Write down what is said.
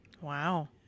Wow